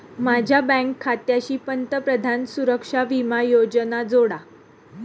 माझ्या बँक खात्याशी पंतप्रधान सुरक्षा विमा योजना जोडा